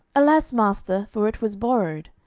alas, master! for it was borrowed.